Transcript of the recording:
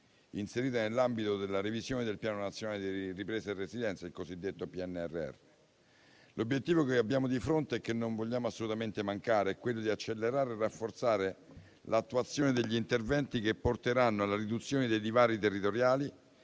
finestra") **(ore 10,22)** (*Segue* SALVITTI). L'obiettivo che abbiamo di fronte e che non vogliamo assolutamente mancare è quello di accelerare e rafforzare l'attuazione degli interventi che porteranno alla riduzione dei divari territoriali